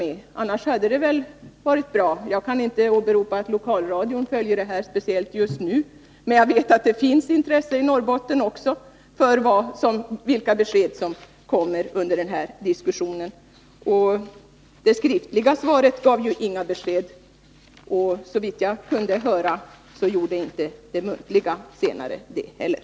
Ett besked hade annars varit bra. Jag kan inte åberopa att lokalradion just nu speciellt bevakar dessa frågor, men jag vet att det också i Norrbotten finns intresse för vilka besked som skall komma fram av den här diskussionen. Det skriftliga svaret gav ju inga besked, och såvitt jag kunde höra gjorde inte det muntliga det heller.